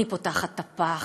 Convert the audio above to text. אני פותחת את הפח,